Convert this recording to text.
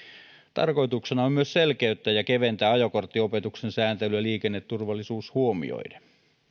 tarkoituksena on myös selkeyttää ja keventää ajokorttiopetuksen sääntelyä liikenneturvallisuus huomioiden